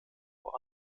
vor